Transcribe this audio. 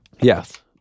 Yes